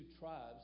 tribes